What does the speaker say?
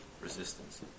Resistance